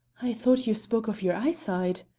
i thought you spoke of your eyesight.